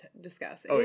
discuss